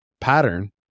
pattern